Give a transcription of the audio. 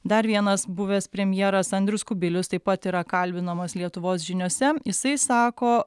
dar vienas buvęs premjeras andrius kubilius taip pat yra kalbinamas lietuvos žiniose jisai sako